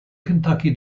kentucky